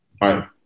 right